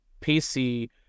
pc